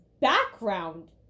background